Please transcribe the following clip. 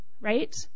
right